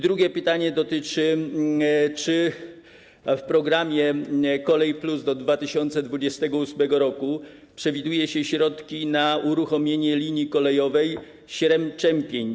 Drugie pytanie dotyczy tego, czy w programie „Kolej+” do 2028 r. przewiduje się środki na uruchomienie linii kolejowej Śrem - Czempiń.